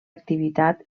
activitat